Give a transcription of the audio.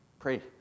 pray